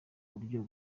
buryo